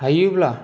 हायोब्ला